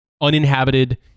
uninhabited